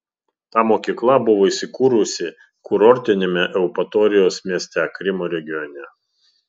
ta mokykla buvo įsikūrusi kurortiniame eupatorijos mieste krymo regione